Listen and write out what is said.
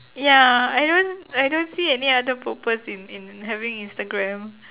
ya I don't I don't see any other purpose in in having instagram